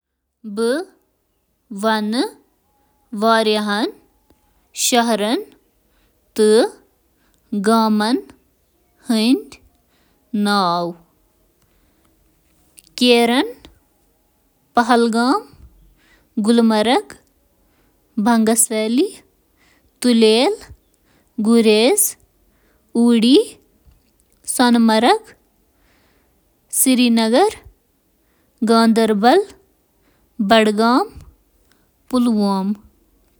دُنیاہَس منٛز چھِ کینٛہہ شہر تہٕ گام ویٹیکن شہر، J and K: Mumbai, Delhi, Kolkata, Chennai, Bangalore تہٕ حیدرآباد تہٕ باقی۔